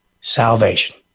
salvation